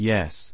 Yes